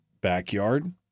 backyard